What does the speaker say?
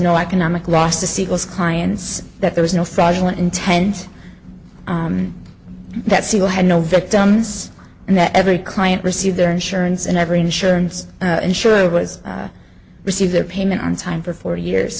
no economic loss to sequels clients that there was no fraudulent intent that siegel had no victims and that every client received their insurance and every insurance insurer was receive their payment on time for forty years